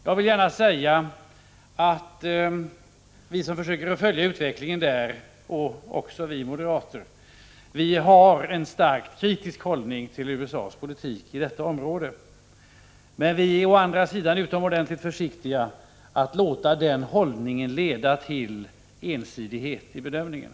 Jag vill gärna säga att vi som försöker följa utvecklingen i Centralamerika — också vi moderater — har en starkt kritisk hållning till USA:s politik i detta område, men vi är å andra sidan utomordentligt försiktiga med att låta den hållningen leda till ensidighet i bedömningen.